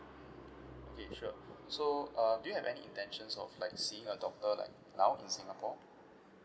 okay sure so uh do you have any intentions of like seeing a doctor like now in singapore